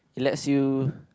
let you